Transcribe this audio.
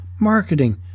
marketing